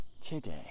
today